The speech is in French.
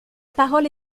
parole